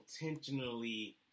intentionally